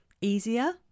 easier